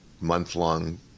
month-long